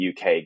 UK